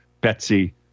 Betsy